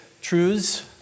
truths